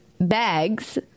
bags